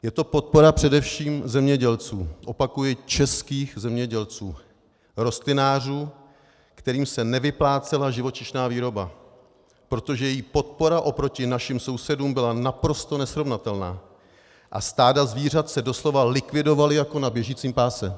Je to podpora především zemědělců, opakuji českých zemědělců rostlinářů, kterým se nevyplácela živočišná výroba, protože její podpora oproti našim sousedům byla naprosto nesrovnatelná a stáda zvířat se doslova likvidovala jako na běžícím pásu.